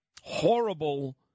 horrible